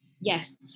yes